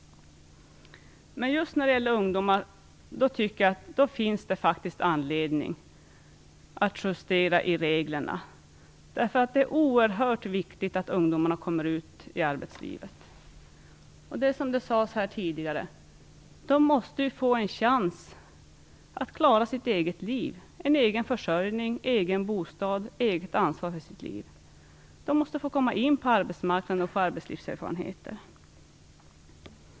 Just när det gäller ungdomar tycker jag att det faktiskt finns anledning att justera reglerna. Det är ju oerhört viktigt att ungdomarna kommer ut i arbetslivet. Man måste, som det sagts tidigare här, få en chans att klara sitt eget liv. Man måste klara sin egen försörjning och sin egen bostad och att ta ansvar för sitt eget liv. Man måste få komma in på arbetsmarknaden för att få arbetslivserfarenhet.